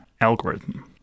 algorithm